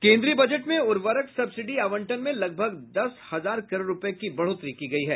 केन्द्रीय बजट में उर्वरक सब्सिडी आवंटन में लगभग दस हजार करोड़ रुपये की बढ़ोत्तरी की गयी है